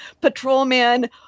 patrolman